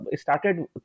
started